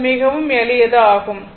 அது மிகவும் எளியது ஆகும்